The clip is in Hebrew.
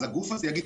אז הגוף הזה יגיד,